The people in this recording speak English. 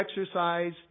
exercise